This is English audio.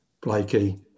Blakey